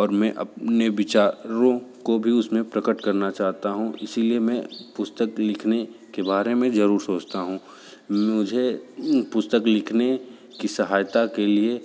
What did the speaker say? और मैं अपने विचारों को भी प्रकट करता चाहता हूँ इसीलिए मैं पुस्तक लिखने के बारे में जरूर सोचता हूँ मुझे पुस्तक लिखने की सहायता के लिए